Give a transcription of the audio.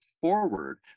forward